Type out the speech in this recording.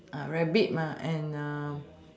rabbit and